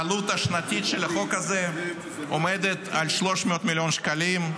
העלות השנתית של החוק הזה עומדת על 300 מיליון שקלים,